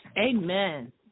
Amen